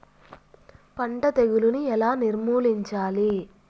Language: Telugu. పంట తెగులుని ఎలా నిర్మూలించాలి?